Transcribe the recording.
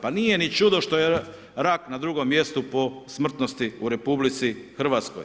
Pa nije ni čudo što je rak na drugom mjestu po smrtnosti u RH.